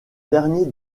dernier